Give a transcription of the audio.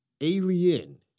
Alien